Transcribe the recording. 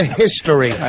history